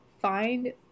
Find